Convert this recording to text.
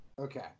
Okay